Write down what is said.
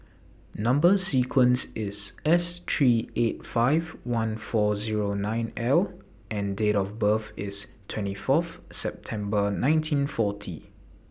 Number sequence IS S three eight five one four Zero nine L and Date of birth IS twenty Fourth September nineteen forty